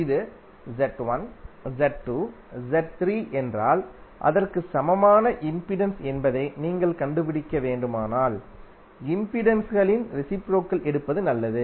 எனவே இது Z1 Z2 Z3 என்றால் அதற்கு சமமான இம்பிடன்ஸ் என்பதை நீங்கள் கண்டுபிடிக்க வேண்டுமானால் இம்பிடன்ஸ்களின் ரெசிப்ரோகல் எடுப்பது நல்லது